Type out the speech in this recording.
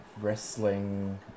wrestling